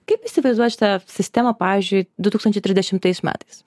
kaip įsivaizduojat šitą sistemą pavyzdžiui du tūkstančiai trisdešimtais metais